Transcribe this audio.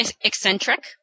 eccentric